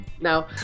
no